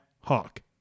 Hawk